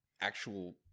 actual –